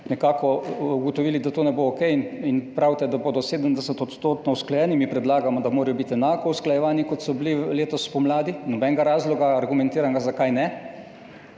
nekako ugotovili, da to ne bo okej in pravite, da bodo 70-odstotno usklajeni, mi predlagamo, da morajo biti enako usklajevani, kot so bili letos spomladi, ni nobenega argumentiranega razloga, zakaj ne,